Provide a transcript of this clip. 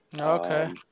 Okay